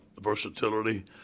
versatility